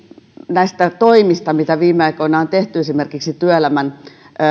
näistä toimista mitä viime aikoina on tehty esimerkiksi työelämän